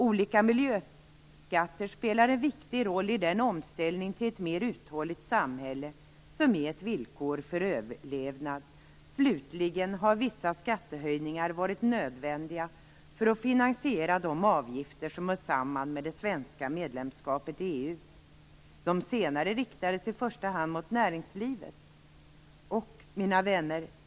Olika miljöskatter spelar en viktig roll i den omställning till ett mer uthålligt samhälle som är ett villkor för överlevnad. Slutligen har vissa skattehöjningar varit nödvändiga för att finansiera de avgifter som hör samman med det svenska medlemskapet i EU. De senare riktar sig i första hand mot näringslivet. Mina vänner!